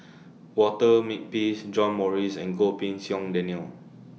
Walter Makepeace John Morrice and Goh Pei Siong Daniel